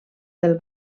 del